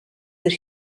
that